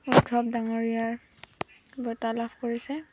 উদ্ধৱ ডাঙৰীয়াই বঁটা লাভ কৰিছে